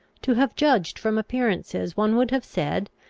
to have judged from appearances one would have said,